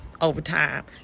overtime